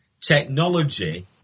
technology